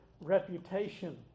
Reputation